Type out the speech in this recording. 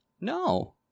No